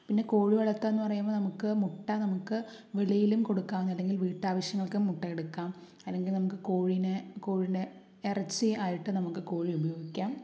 പിന്നെ കോഴി വളർത്തുകയെന്നു പറയുമ്പോൾ നമുക്ക് മുട്ട നമുക്ക് വെളിയിലും കൊടുക്കാവുന്നതാണ് അല്ലെങ്കിൽ വീട്ടാവശ്യങ്ങൾക്കും മുട്ടയെടുക്കാം അല്ലെങ്കിൽ നമുക്ക് കോഴീനെ കോഴിയുടെ ഇറച്ചിയായിട്ടും നമുക്ക് കോഴി ഉപയോഗിക്കാം